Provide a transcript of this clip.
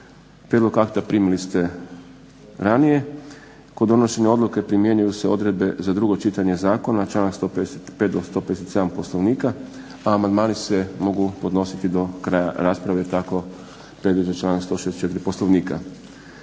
Prijedlog akta primili ste ranije. Kod donošenja odluke primjenjuju se odredbe za drugo čitanje zakona, članak 155. do 157. Poslovnika. Amandmani se mogu podnositi do kraja rasprave jer tako predviđa članak 164. Poslovnika.